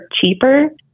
cheaper